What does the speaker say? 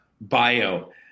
bio